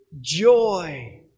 joy